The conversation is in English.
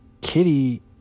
Kitty